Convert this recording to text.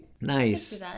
Nice